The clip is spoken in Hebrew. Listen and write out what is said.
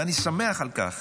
ואני שמח על כך